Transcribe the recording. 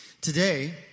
Today